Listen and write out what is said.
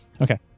Okay